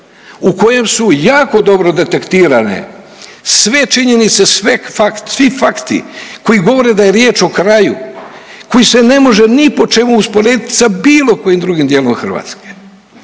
u kojem su jako dobro detektirane sve činjenice, svi fakti koji govore da je riječ o kraju koji se ne može ni po čemu usporediti sa bilo kojim drugim dijelom Hrvatske,